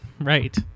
right